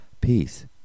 Peace